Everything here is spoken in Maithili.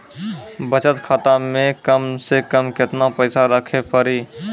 बचत खाता मे कम से कम केतना पैसा रखे पड़ी?